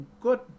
good